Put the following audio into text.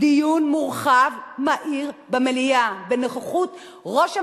דיון מורחב, מהיר במליאה, בנוכחות ראש הממשלה,